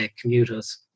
commuters